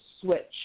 switch